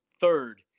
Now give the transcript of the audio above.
third